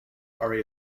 are